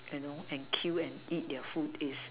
you know and kill and eat their food ace